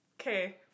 Okay